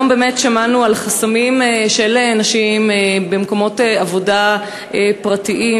היום באמת שמענו על חסמים של נשים במקומות עבודה פרטיים,